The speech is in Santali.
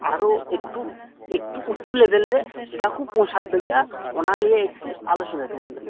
ᱟᱨᱚ ᱮᱠᱴᱩ ᱮᱠᱴᱩ ᱩᱪᱩ ᱞᱮᱵᱮᱞ ᱨᱮ ᱪᱤᱠᱟᱹ ᱠᱚ ᱯᱳᱪᱷᱟᱣ ᱫᱟᱲᱮᱭᱟᱜ ᱚᱱᱟ ᱨᱮᱭᱟᱜ ᱮᱠᱴᱩ ᱟᱞᱳᱪᱚᱱᱟᱭ ᱛᱟᱵᱚᱱ ᱵᱮᱱ